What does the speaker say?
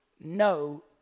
No